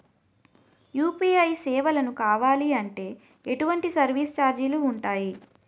UPI సేవలను కావాలి అంటే ఎటువంటి సర్విస్ ఛార్జీలు ఉంటాయి?